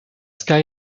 sky